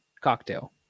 cocktail